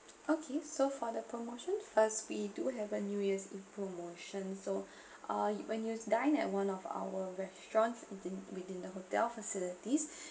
okay so for the promotion first we do have a new year's eve promotion so uh when you dine at one of our restaurants within within the hotel facilities